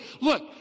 look